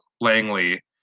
Langley